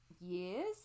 years